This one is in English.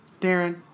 Darren